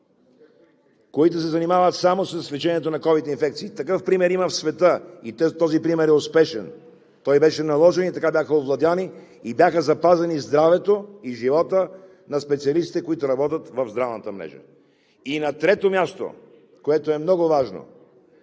които се занимават само с лечението на ковид инфекциите. Такъв пример има в света и този пример е успешен. Той беше наложен, така бяха овладяни и бяха запазени здравето и живота на специалистите, които работят в здравната мрежа. И на трето място, което е много важно,